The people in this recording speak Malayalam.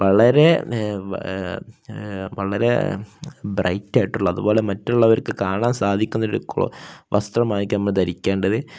വളരെ വളരെ ബ്രൈറ്റായിട്ടുള്ള അതുപോലെ മറ്റുള്ളവർക്ക് കാണാൻ സാധിക്കുന്ന ഒരു വസ്ത്രമായിരിക്കണം നമ്മൾ ധരിക്കേണ്ടത്